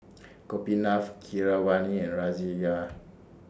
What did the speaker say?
Gopinath Keeravani and Razia